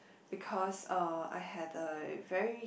because uh I had a very